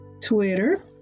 Twitter